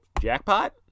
jackpot